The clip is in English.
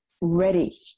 ready